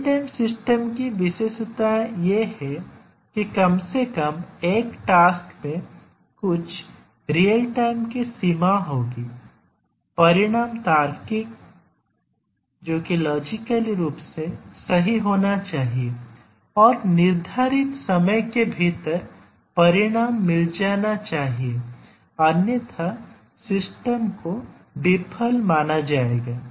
real time system की विशेषताएं यह हैं कि कम से कम एक टास्क में कुछ रियल टाइम के सीमा होगी परिणाम तार्किक रूप से सही होना चाहिए और निर्धारित समय के भीतर परिणाम मिल जाना चाहिए अन्यथा सिस्टम को विफल माना जाएगा